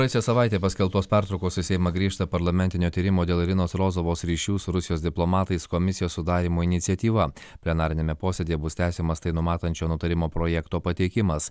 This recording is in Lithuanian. praėjusią savaitę paskelbtos pertraukos į seimą grįžta parlamentinio tyrimo dėl irinos rozovos ryšių su rusijos diplomatais komisijos sudarymo iniciatyva plenariniame posėdyje bus tęsiamas tai numatančio nutarimo projekto pateikimas